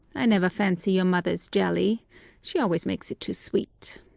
i never fancy your mother's jelly she always makes it too sweet.